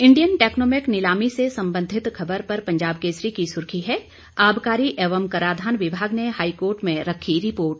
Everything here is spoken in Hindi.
इंडियन टैक्नोमैक नीलामी से संबंधित खबर पर पंजाब केसरी की सुर्खी है आबकारी एवं कराधान विभाग ने हाईकोर्ट में रखी रिपोर्ट